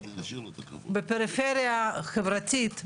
בפריפריה חברתית,